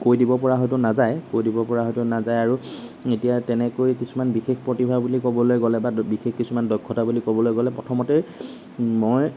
কৈ দিব পৰা হয়তো নাযায় কৈ দিব পৰা হয়টো নাযায় আৰু এতিয়া তেনেকৈ কিছুমান বিশেষ প্ৰতিভা বুলি ক'বলৈ গলে বা বিশেষ কিছুমান দক্ষতা বুলি ক'বলৈ গ'লে প্ৰথমতেই মই